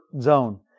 zone